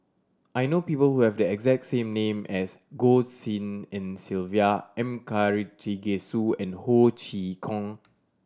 I know people who have the exact name as Goh Tshin En Sylvia M Karthigesu and Ho Chee Kong